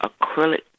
acrylic